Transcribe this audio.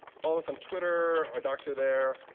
follow us on twitter. our docs are there.